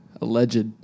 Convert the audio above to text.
Alleged